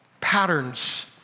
patterns